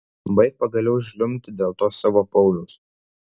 baik pagaliau žliumbti dėl to savo pauliaus